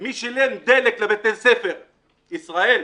מי שילם דלק לבתי ספר ישראל.